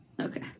okay